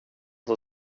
som